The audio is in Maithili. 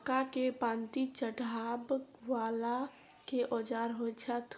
मक्का केँ पांति चढ़ाबा वला केँ औजार होइ छैय?